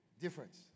Difference